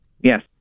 Yes